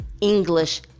English